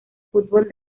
fútbol